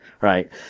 right